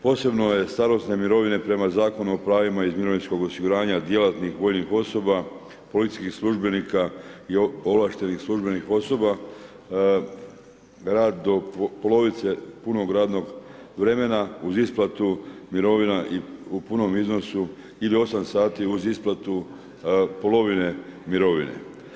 Posebno je starosne mirovine prema Zakonu o pravima iz mirovinskog osiguranja djelatnih vojnih osoba, policijskih službenika i ovlaštenih službenih osoba rad do polovice punog radnog vremena uz isplatu mirovina i u punom iznosu ili 8 sati uz isplatu polovine mirovine.